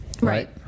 right